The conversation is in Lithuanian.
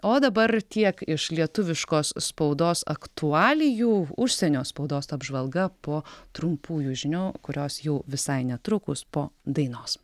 o dabar tiek iš lietuviškos spaudos aktualijų užsienio spaudos apžvalga po trumpųjų žinių kurios jau visai netrukus po dainos